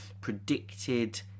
predicted